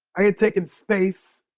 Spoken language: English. i had taken space